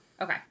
okay